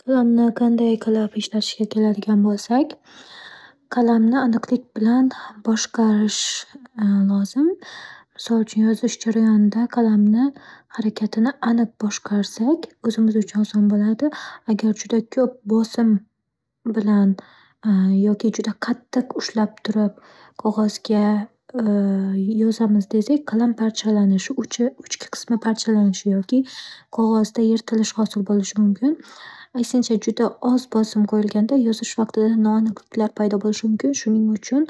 Qalamni qanday qilib ishlatishga keladigan bo'lsak, qalamni aniqlik bilan boshqarish lozim. Misol uchun yozish jarayonida qalamni harakatini aniq boshqarsak o'zimiz uchun oson bo'ladi. Agar juda ko'p bosim bilan yoki juda qattiq ushlab turib qog'ozga yozamiz desak, qalam parchalam parchalanish uchi-uchki qismi parchalanishi yoki qog'ozda yirtilish hosil bo'lishi mumkin. Aksincha juda oz bosim qo'yilganda yozish vaqtida noaniqliklar paydo bo'lishi mumkin. Shuning uchun